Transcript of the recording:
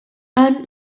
han